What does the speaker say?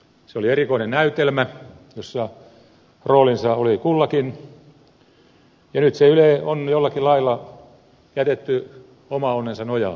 se oli erikoinen näytelmä jossa roolinsa oli kullakin ja nyt yle on jollakin lailla jätetty oman onnensa nojaan